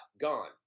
gone